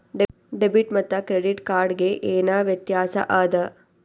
Debit ಮತ್ತ credit card ಗೆ ಏನ ವ್ಯತ್ಯಾಸ ಆದ?